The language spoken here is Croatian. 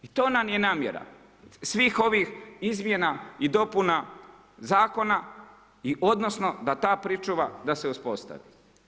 I to nam je namjera svih ovih izmjena i dopuna zakona, odnosno da ta pričuva da se uspostavi.